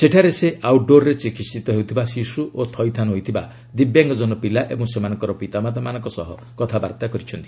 ସେଠାରେ ସେ ଆଉଟ୍ ଡୋର୍ରେ ଚିକିହିତ ହେଉଥିବା ଶିଶୁ ଓ ଥଇଥାନ ହୋଇଥିବା ଦିବ୍ୟାଙ୍ଗଜନ ପିଲା ଏବଂ ସେମାନଙ୍କର ପିତାମାତାମାନଙ୍କ ସହ କଥାବାର୍ତ୍ତା କରିଛନ୍ତି